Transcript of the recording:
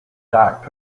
dark